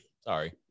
Sorry